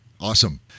Awesome